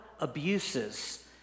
abuses